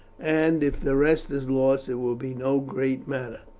and if the rest is lost it will be no great matter.